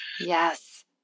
Yes